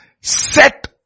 set